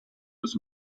was